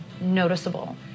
noticeable